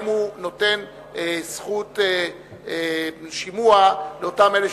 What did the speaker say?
אם הוא נותן זכות שימוע לאותם אלה,